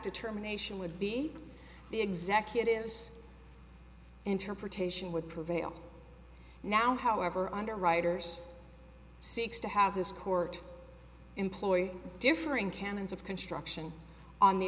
a termination would be the executives interpretation would prevail now however underwriters seeks to have this court employ differing canons of construction on the